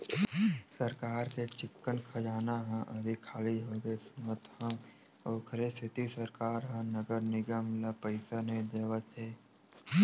सरकार के चिक्कन खजाना ह अभी खाली होगे सुनत हँव, ओखरे सेती सरकार ह नगर निगम ल पइसा नइ देवत हे